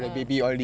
ah